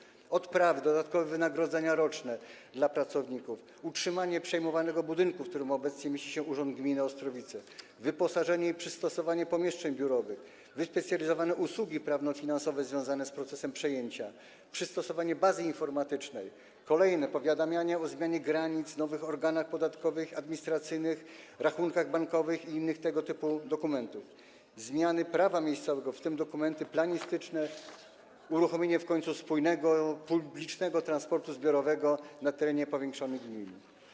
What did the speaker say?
Koszty obejmują: odprawy, dodatkowe wynagrodzenia roczne dla pracowników, utrzymanie przejmowanego budynku, w którym obecnie mieści się Urząd Gminy Ostrowice, wyposażenie i przystosowanie pomieszczeń biurowych, wyspecjalizowane usługi prawno-finansowe związane z procesem przejęcia, przystosowanie bazy informatycznej, powiadamianie o zmianie granic, nowych organach podatkowych, administracyjnych, rachunkach bankowych, dokumenty związane ze zmianą prawa miejscowego, w tym dokumenty planistyczne, w końcu uruchomienie spójnego publicznego transportu zbiorowego na terenie powiększonej gminy.